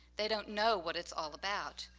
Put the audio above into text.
they don't know what it's all about.